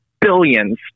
billions